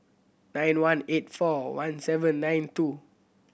nine one eight four one seven nine two